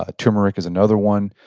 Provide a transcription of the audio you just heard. ah turmeric is another one.